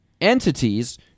entities